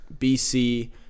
BC